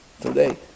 today